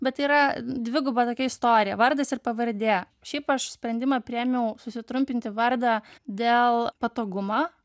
bet yra dviguba tokia istorija vardas ir pavardė šiaip aš sprendimą priėmiau susitrumpinti vardą dėl patogumą